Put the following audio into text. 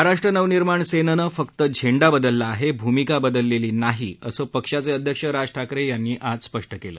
महाराष्ट्र नवनिर्माण सेनेनं फक्त झेंडा बदलला आहे भूमिका बदलेली नाही असं पक्षाचे अध्यक्ष राज ठाकरे यांनी स्पष्ट केलं